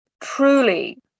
truly